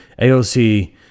AOC